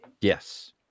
Yes